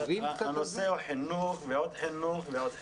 הנושא הוא חינוך ועוד חינוך ועוד חינוך.